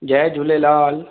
Jay Jhulelal